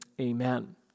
Amen